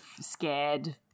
scared